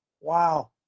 Wow